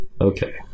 Okay